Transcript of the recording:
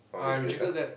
I rejected that